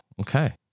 okay